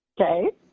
Okay